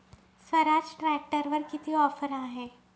स्वराज ट्रॅक्टरवर किती ऑफर आहे?